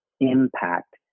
impact